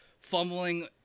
fumbling